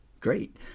Great